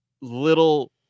little